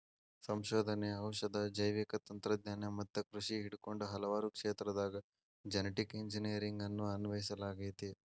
ಸಂಶೋಧನೆ, ಔಷಧ, ಜೈವಿಕ ತಂತ್ರಜ್ಞಾನ ಮತ್ತ ಕೃಷಿ ಹಿಡಕೊಂಡ ಹಲವಾರು ಕ್ಷೇತ್ರದಾಗ ಜೆನೆಟಿಕ್ ಇಂಜಿನಿಯರಿಂಗ್ ಅನ್ನು ಅನ್ವಯಿಸಲಾಗೆತಿ